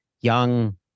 young